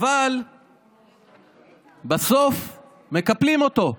אבל בסוף מקפלים אותו.